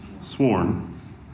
Sworn